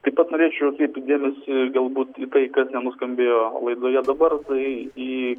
taip pat norėčiau atkreipti dėmesį galbūt į tai kad nenuskambėjo laidoje dabar tai į